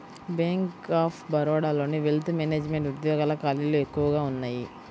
bank of బరోడాలోని wealth management ఉద్యోగాల ఖాళీలు ఎక్కువగా ఉన్నయ్యి